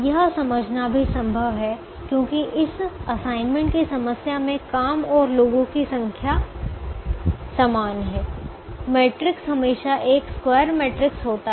यह समझना भी संभव है क्योंकि इस असाइनमेंट की समस्या में काम और लोगों की समान संख्या है मैट्रिक्स हमेशा एक स्क्वायर मैट्रिक्स होता है